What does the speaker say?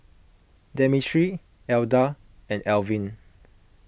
Demetri Edla and Elvin